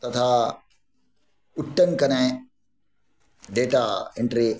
तथा उट्टङ्कने data entry